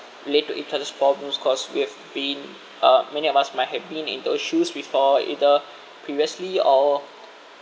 relate to each other's problems cause we've been uh many of us might have been in those shoes before either previously or